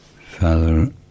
Father